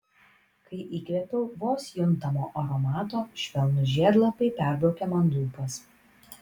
kai įkvėpiau vos juntamo aromato švelnūs žiedlapiai perbraukė man lūpas